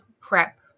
prep